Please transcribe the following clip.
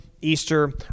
Easter